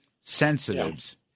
sensitives